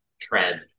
trend